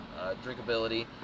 drinkability